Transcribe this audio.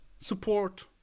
support